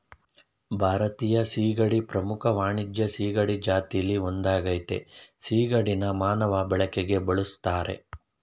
ಭಾರತೀಯ ಸೀಗಡಿ ಪ್ರಮುಖ ವಾಣಿಜ್ಯ ಸೀಗಡಿ ಜಾತಿಲಿ ಒಂದಾಗಯ್ತೆ ಸಿಗಡಿನ ಮಾನವ ಬಳಕೆಗೆ ಬಳುಸ್ತರೆ